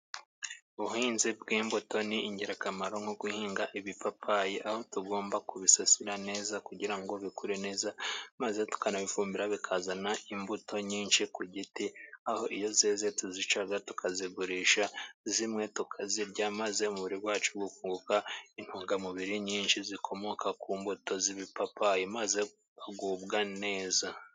Ubuhinzi bw'imbuto ni ingirakamaro nko guhinga ibipapayi, aho tugomba kubisasira neza kugira ngo bikure neza ,maze tukanabifumbira bikazana imbuto nyinshi ku giti, aho iyo zeze tuzica tukazigurisha zimwe tukazirya maze umubiri wacu ukunguka intungamubiri nyinshi zikomoka ku mbuto z'ibipapayi maze ukagubwa neza.